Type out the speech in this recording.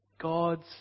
God's